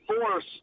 force